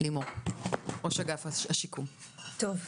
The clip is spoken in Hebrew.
לימור לוריא, ראש אגף השיקום, בבקשה.